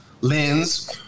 lens